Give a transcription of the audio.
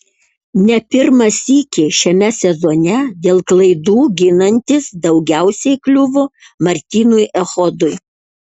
ne pirmą sykį šiame sezone dėl klaidų ginantis daugiausiai kliuvo martynui echodui